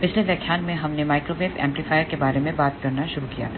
पिछले व्याख्यान में हमने माइक्रोवेव एम्पलीफायर के बारे में बात करना शुरू किया था